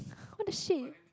what the shit